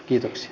kiitoksia